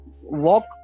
walk